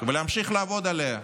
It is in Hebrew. ולהמשיך לעבוד עליה.